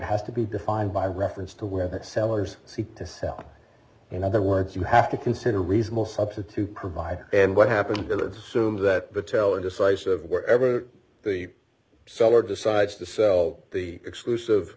has to be defined by reference to where the sellers seek to sell in other words you have to consider reasonable substitute provider and what happened goods assumes that the teller decisive wherever the seller decides to sell the exclusive